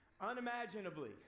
unimaginably